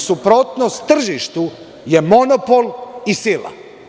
Suprotnost tržištu je monopol i sila.